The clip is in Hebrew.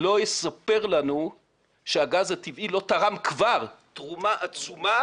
לא יספר לנו שהגז הטבעי לא תרם כבר תרומה עצומה